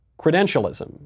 Credentialism